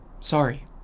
Sorry